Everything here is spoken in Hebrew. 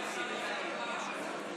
היושבת-ראש.